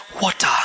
Water